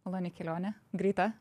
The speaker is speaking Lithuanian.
maloni kelionė greita